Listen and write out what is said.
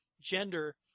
gender